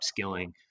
upskilling